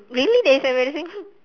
really that is embarrassing